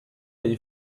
you